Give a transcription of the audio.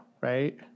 right